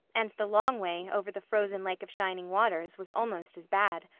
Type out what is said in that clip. and the long way over the frozen lake of shining waters was almost as bad.